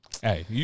Hey